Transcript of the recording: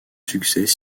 succès